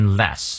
less